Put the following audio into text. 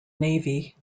navy